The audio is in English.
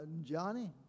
Johnny